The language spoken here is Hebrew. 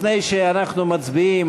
לפני שאנחנו מצביעים,